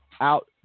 out